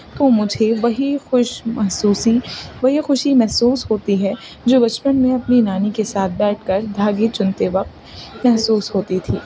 تو مجھے وہی خوش محسوسی وہی خوشی محسوس ہوتی ہے جو بچپن میں اپنی نانی کے ساتھ بیٹھ کر دھاگے چنتے وقت محسوس ہوتی تھی